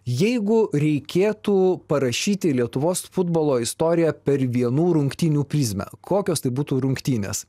jeigu reikėtų parašyti lietuvos futbolo istoriją per vienų rungtynių prizmę kokios tai būtų rungtynės